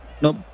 Nope